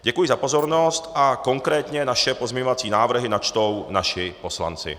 Děkuji za pozornost a konkrétně naše pozměňovací návrhy načtou naši poslanci.